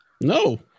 No